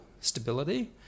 stability